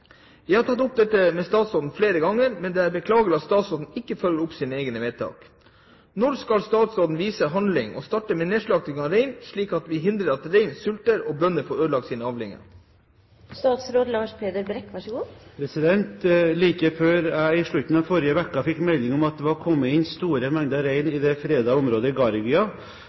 Jeg har tatt opp dette med statsråden flere ganger, men det er beklagelig at statsråden ikke følger opp sine egne vedtak. Når skal statsråden vise handling og starte med nedslakting av rein slik at vi hindrer at rein sulter og bøndene får ødelagt sine avlinger?» Like før jeg i slutten av forrige uke fikk melding om at det var kommet inn store mengder rein i det fredede området